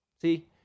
See